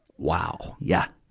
wow! yeah!